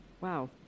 Wow